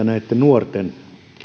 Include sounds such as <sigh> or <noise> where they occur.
<unintelligible> näitten nuorten